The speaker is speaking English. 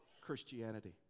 Christianity